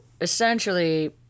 essentially